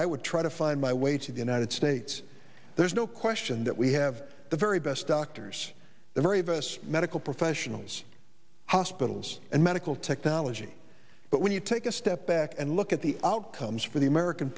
i would try to find my way to the united states there's no question that we have the very best doctors the very of us medical professionals hospitals and medical technology but when you take a step back and look at the outcomes for the american